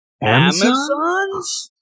Amazon's